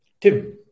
Tim